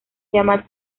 llama